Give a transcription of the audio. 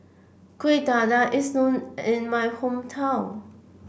Kueh Dadar is known in my hometown